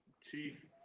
Chief